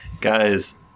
guys